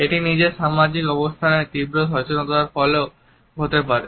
এটি নিজের সামাজিক অবস্থানের তীব্র সচেতনতার ফলেও হতে পারে